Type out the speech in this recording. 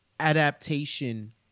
adaptation